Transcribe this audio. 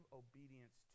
obedience